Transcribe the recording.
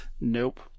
Nope